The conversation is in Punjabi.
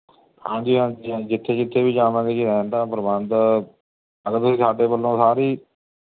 ਹਾਂਜੀ ਹਾਂਜੀ ਹਾਂਜੀ ਜਿੱਥੇ ਜਿੱਥੇ ਵੀ ਜਾਵਾਂਗੇ ਜੀ ਰਹਿਣ ਦਾ ਪ੍ਰਬੰਧ ਮਤਲਬ ਕੀ ਸਾਡੇ ਵੱਲੋਂ ਸਾਰੀ